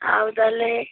ଆଉ ତା' ହେଲେ